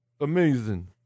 Amazing